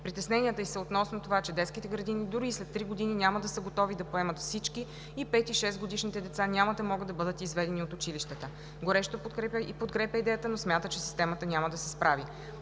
Притесненията ѝ са относно това, че детските градини дори и след три години няма да са готови да поемат всички и 5- и 6-годишните деца няма да могат да бъдат изведени от училищата. Горещо подкрепя идеята, но смята, че системата няма да се справи.